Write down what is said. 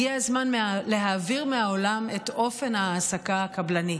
הגיע הזמן להעביר מהעולם את אופן ההעסקה הקבלני.